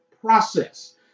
process